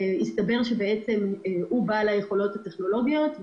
הסתבר שהשב"כ הוא בעל היכולות הטכנולוגיות,